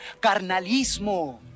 carnalismo